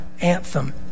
anthem